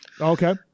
Okay